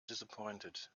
disappointed